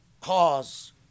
cause